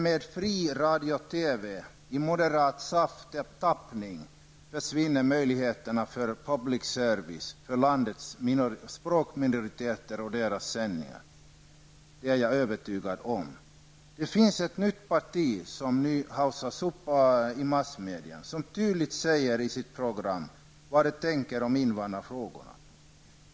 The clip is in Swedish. Med fri radio och TV i moderat tappning försvinner möjligheterna för public service för landets språkminoriteter, det är jag övertygad om. Det finns ett nytt parti som nu haussas upp i massmedia och som tydligt i sitt program har sagt vad det tycker i olika invandrarfrågor.